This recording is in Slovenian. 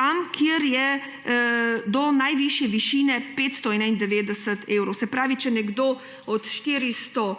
dodatek do najvišje višine 591 evrov. Se pravi, nekdo od 402